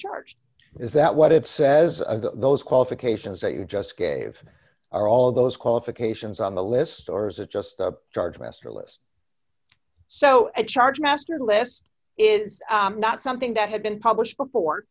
charged is that what it says those qualifications that you just gave are all those qualifications on the list or is it just the chargemaster list so a chargemaster list is not something that had been published before